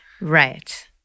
Right